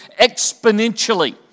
exponentially